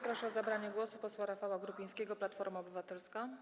Proszę o zabranie głosu posła Rafała Grupińskiego, Platforma Obywatelska.